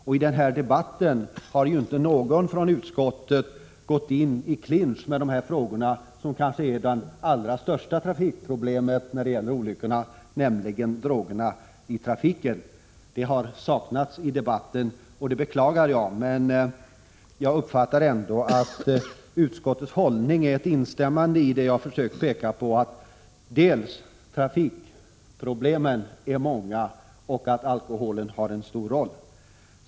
Och i den här debatten har inte någon från utskottet gått i clinch med de här frågorna, som kanske är det allra största trafikproblemet när det gäller olyckorna, nämligen drogerna i trafiken. De har saknats i debatten, och det beklagar jag. Men jag uppfattar ändå att utskottets hållning är ett instämmande i vad jag försökt peka på, att trafikproblemen är många och att alkoholen har en stor roll.